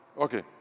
okay